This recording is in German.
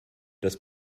das